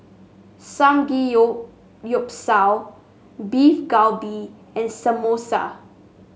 Samgeyopsal Beef Galbi and Samosa